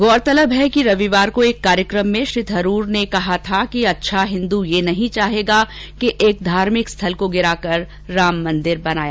गौरतलब है कि रविवार को एक कार्यक्रम में श्री थरूर ने कहा था कि अच्छा हिन्दू यह नहीं चाहेगा कि एक धार्मिकस्थल को गिराकर राममंदिर बने